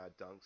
dunks